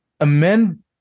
Amen